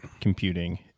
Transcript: computing